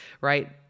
right